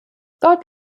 dort